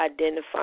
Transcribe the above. identify